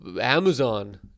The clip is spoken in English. Amazon